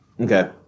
Okay